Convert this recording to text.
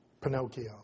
Pinocchio